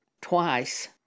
twice